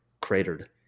cratered